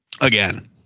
again